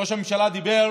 ראש הממשלה דיבר